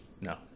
no